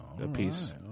apiece